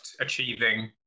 achieving